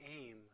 aim